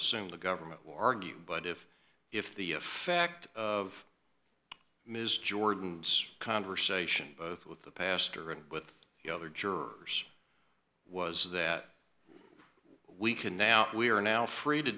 assume the government will argue but if if the effect of ms jordan's conversation both with the pastor and with the other jurors was that we can now we are now free to